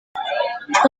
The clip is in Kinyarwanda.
uko